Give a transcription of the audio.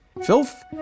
Filth